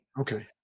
Okay